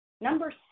number